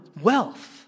wealth